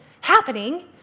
happening